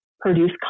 produce